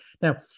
Now